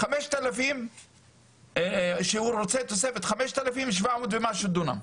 מגיש בקשה שהוא רוצה תוספת חמשת אלפים שבע מאות ומשהו דונם.